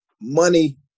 money